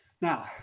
Now